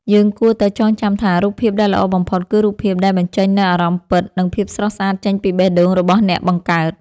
យើងគួរតែចងចាំថា រូបភាពដែលល្អបំផុតគឺរូបភាពដែលបញ្ចេញនូវអារម្មណ៍ពិត និងភាពស្រស់ស្អាតចេញពីបេះដូងរបស់អ្នកបង្កើត។